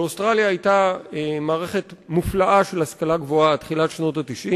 באוסטרליה היתה מערכת מופלאה של השכלה גבוהה עד תחילת שנות ה-90.